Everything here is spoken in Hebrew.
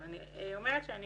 אבל אני אומרת שאני